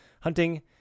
hunting